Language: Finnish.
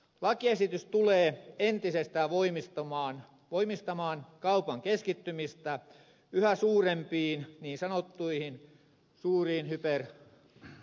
lakiesitys tulee entisestään voimistamaan kaupan keskittymistä yhä suurempiin niin sanottuihin suuriin hyperautomarketteihin